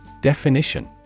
Definition